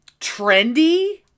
trendy